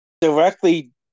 directly